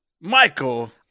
Michael